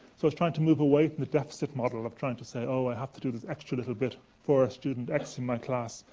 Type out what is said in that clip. so, it's trying to move away from the deficit model of trying to say, oh, i have to do this extra little bit for student x in my class,